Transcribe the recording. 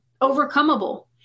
overcomable